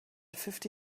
fifty